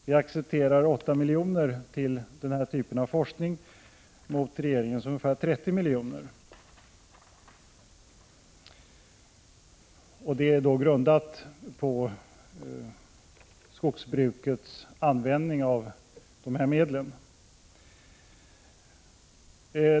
Vi accepterar 8 milj.kr. till den här typen av forskning men regeringen ungefär 30 milj. Vårt ställningstagande är grundat på skogsbrukets användning av de här medlen.